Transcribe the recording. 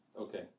Okay